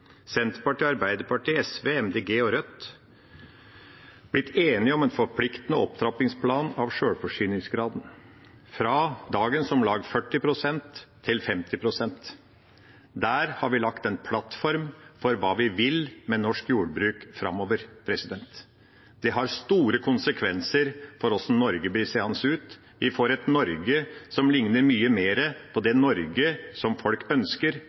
Senterpartiet, Arbeiderpartiet, SV, MDG og Rødt, blitt enige om en forpliktende opptrappingsplan av sjølforsyningsgraden, fra dagens om lag 40 pst. til 50 pst. Der har vi lagt en plattform for hva vi vil med norsk jordbruk framover. Det har store konsekvenser for hvordan Norge blir seende ut. Vi får et Norge som ligner mye mer på det Norge som folk ønsker,